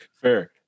fair